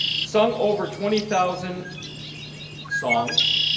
some over twenty thousand songs.